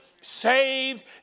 saved